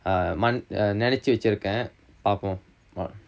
ah mon~ நெனச்சி வச்சிருக்கன் பாப்பம்:nenachi vachirukkan pappam oh